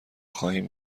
خواهیم